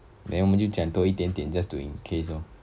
then 我们就讲多一点点 just to in case lor